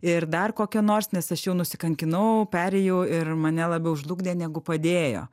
ir dar kokia nors nes aš jau nusikankinau perėjau ir mane labiau žlugdė negu padėjo